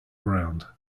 ground